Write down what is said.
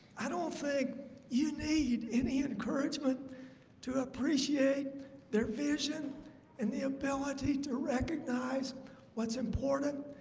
i don't think you need any encouragement to appreciate their vision and the ability to recognize what's important?